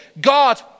God